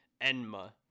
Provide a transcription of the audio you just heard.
Enma